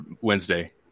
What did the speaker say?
Wednesday